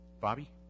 Bobby